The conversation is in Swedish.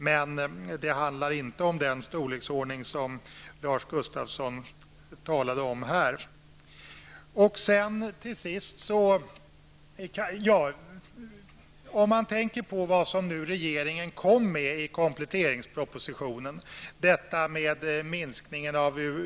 Men det handlar inte om den storleksordning som Lars Gustafsson här talade om.